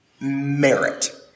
merit